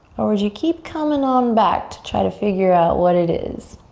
or would you keep coming on back to try to figure out what it is,